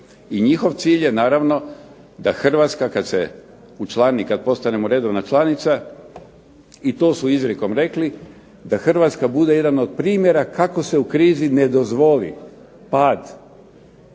I njihov cilj je naravno da kada Hrvatska postanemo redovna članica i to su izrijekom rekli da Hrvatska bude jedna od primjera kako se u krizi ne dozvoli